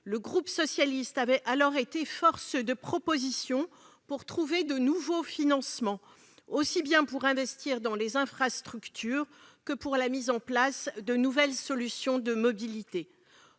Le groupe socialiste avait alors été force de proposition pour trouver de nouveaux financements, aussi bien pour investir dans les infrastructures que pour la mise en place de nouvelles solutions de mobilités.